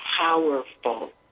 powerful